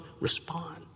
respond